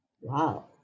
Wow